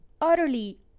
utterly